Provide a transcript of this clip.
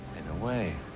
in a way.